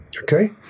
okay